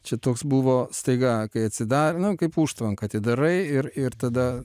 čia toks buvo staiga kai atsidar nu kaip užtvanką atidarai ir ir tada